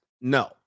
no